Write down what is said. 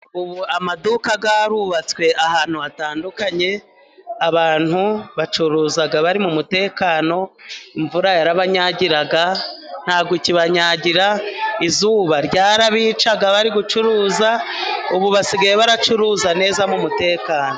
Ubu amaduka yarubatswe ahantu hatandukanye, abantu bacuruza bari mu mutekano, imvura yarabanyagiraga; ntikibanyagira, izuba ryarabicaga bari gucuruza, ubu basigaye baracuruza neza mu mutekano.